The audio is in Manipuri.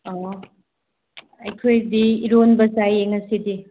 ꯑꯣ ꯑꯩꯈꯣꯏꯗꯤ ꯏꯔꯣꯟꯕ ꯆꯥꯏꯌꯦ ꯉꯁꯤꯗꯤ